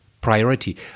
Priority